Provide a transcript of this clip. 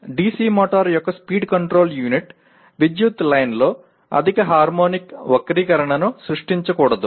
DC motor యొక్క speed control unit విద్యుత్ లైన్లో అధిక హార్మోనిక్ వక్రీకరణను సృష్టించకూడదు